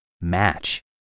match